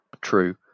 True